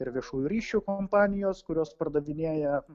ir viešųjų ryšių kompanijos kurios pardavinėja